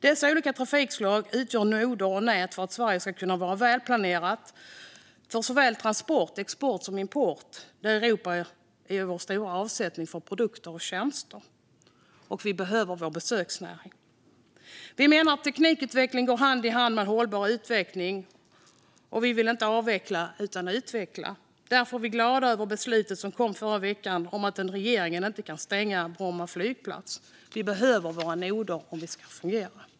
Dessa olika trafikslag utgör noder och nät för att Sverige ska kunna vara väl planerat för såväl transporter som export och import, där Europa utgör en stor del av avsättningen för produkter och tjänster. Vi behöver också vår besöksnäring. Vi moderater menar att teknikutveckling går hand i hand med en hållbar utveckling, och vi vill inte avveckla utan utveckla. Därför är vi glada över det beslut som kom i förra veckan om att en regering inte kan stänga Bromma flygplats. Vi behöver våra noder om Sverige ska fungera.